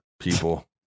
people